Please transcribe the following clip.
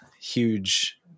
huge